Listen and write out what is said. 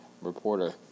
reporter